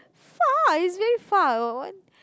far it's very far